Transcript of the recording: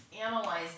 analyze